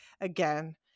again